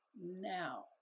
now